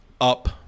Up